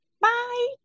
Bye